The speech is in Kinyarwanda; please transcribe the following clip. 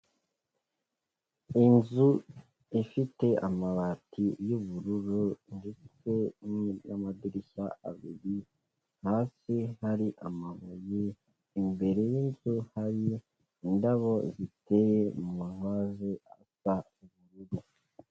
Inzu ifite amabati y'ubururu ndetse n'amadirishya abiri, hasi hari amabuye, imbere yinzu hari indabo ziteye mu mavaze asa ubururu.